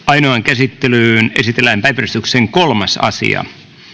ainoaan käsittelyyn esitellään päiväjärjestyksen kolmas asia